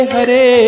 Hare